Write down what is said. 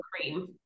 cream